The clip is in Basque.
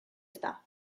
eta